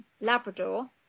Labrador